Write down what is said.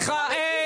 סליחה.